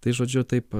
tai žodžiu taip